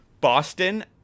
Boston